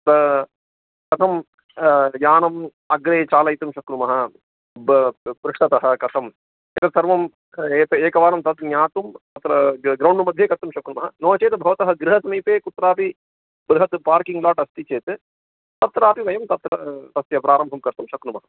कथं यानम् अग्रे चालयितुं शक्नुमः वा पृष्टतः कथम् एतत् सर्वं एव एकवारं तत् ज्ञातुं अत्र ग्रौण्ड् मध्ये कर्तुं शक्नुमः नो चेत् भवतः गृहसमीपे कुत्रापि बृहत् पार्किङ्ग् लाट् अस्ति चेत् तत्रापि वयं तत्र तस्य प्रारम्भं कर्तुं शक्नुमः